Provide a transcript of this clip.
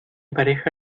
pareja